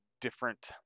different